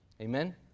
Amen